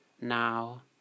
now